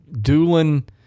Doolin